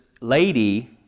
lady